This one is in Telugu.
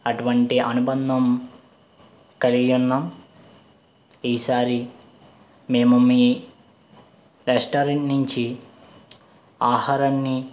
అటువంటి అనుబంధం కలిగి ఉన్నాం ఈసారి మేము మీ రెస్టారెంట్ నుంచి ఆహారాన్ని